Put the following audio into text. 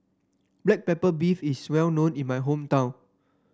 Black Pepper Beef is well known in my hometown